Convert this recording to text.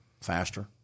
faster